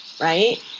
right